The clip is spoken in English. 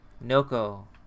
Noko